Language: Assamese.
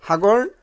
সাগৰ